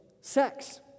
sex